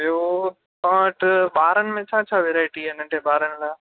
ॿियो तव्हां वटि ॿारनि में छा चा वैराएटी आहे नंढे ॿारनि लाइ